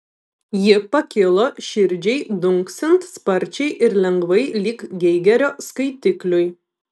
ji pakilo širdžiai dunksint sparčiai ir lengvai lyg geigerio skaitikliui